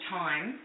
time